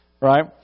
right